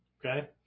Okay